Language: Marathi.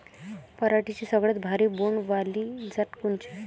पराटीची सगळ्यात भारी बोंड वाली जात कोनची?